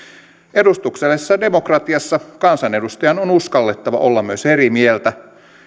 edustuksellisessa demokratiassa kansanedustajan on uskallettava olla myös eri mieltä